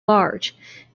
large